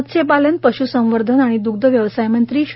मत्स्यपालन पश्संवर्धन व द्ग्धव्यवसाय मंत्री श्री